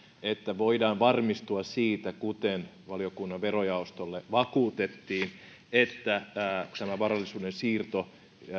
että voidaan varmistua siitä kuten valiokunnan verojaostolle vakuutettiin että tämä varallisuuden siirto